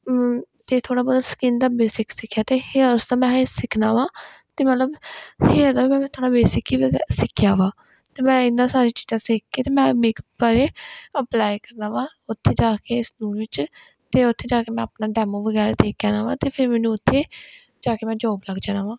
ਅਤੇ ਥੋੜ੍ਹਾ ਬਹੁਤਾ ਸਕਿੰਨ ਦਾ ਬੇਸਿਕ ਸਿੱਖਿਆ ਅਤੇ ਹੇਅਰਸ ਦਾ ਮੈਂ ਹਜੇ ਸਿੱਖਣਾ ਵਾ ਅਤੇ ਮਤਲਬ ਹੇਅਰ ਦਾ ਵੀ ਮੈ ਮੈਂ ਥੋੜ੍ਹਾ ਬੇਸਿਕ ਹੀ ਸਿੱਖੀ ਸਿੱਖਿਆ ਵਾ ਅਤੇ ਮੈਂ ਇਹਨਾਂ ਸਾਰੀਆਂ ਚੀਜ਼ਾਂ ਸਿੱਖ ਕੇ ਅਤੇ ਮੈਂ ਮੇਕਅਪ ਬਾਰੇ ਅਪਲਾਈ ਕਰਨਾ ਵਾ ਉੱਥੇ ਜਾ ਕੇ ਸਲੂਨ ਵਿੱਚ ਅਤੇ ਉੱਥੇ ਜਾ ਕੇ ਮੈਂ ਆਪਣਾ ਡੈਮੋ ਵਗੈਰਾ ਦੇ ਕੇ ਆਉਣਾ ਵਾ ਅਤੇ ਫਿਰ ਮੈਨੂੰ ਉੱਥੇ ਜਾ ਕੇ ਮੈਂ ਜੋਬ ਲੱਗ ਜਾਣਾ ਵਾ